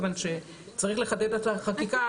כיוון שצריך לחדד את החקיקה,